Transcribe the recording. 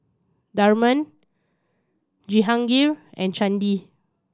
Tharman Jehangirr and Chandi